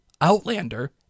outlander